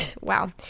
Wow